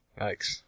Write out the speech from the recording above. Yikes